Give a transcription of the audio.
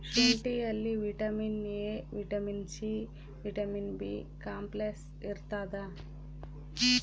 ಶುಂಠಿಯಲ್ಲಿ vitamin A vitamin C vitamin B complex ಇರ್ತಾದ